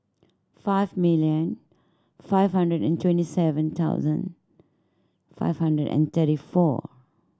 five million five hundred and twenty seven thousand five hundred and thirty four